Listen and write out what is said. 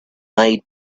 made